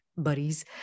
buddies